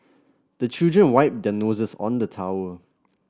the children wipe their noses on the towel